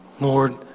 Lord